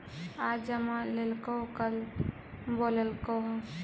आज जमा लेलको कल बोलैलको हे?